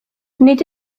nid